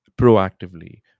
proactively